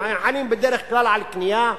הם חלים בדרך כלל על קנייה,